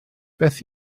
beth